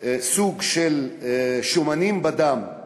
סוג של שומנים בדם והם